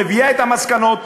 מביאה את המסקנות,